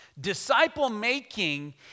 Disciple-making